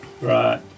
Right